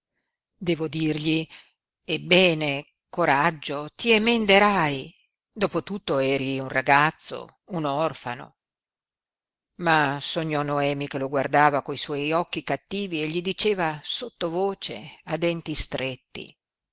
devo dirgli ebbene coraggio ti emenderai dopo tutto eri un ragazzo un orfano ma sognò noemi che lo guardava coi suoi occhi cattivi e gli diceva sottovoce a denti stretti